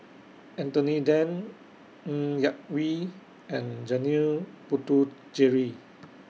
Anthony Then Ng Yak Whee and Janil Puthucheary